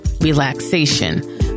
relaxation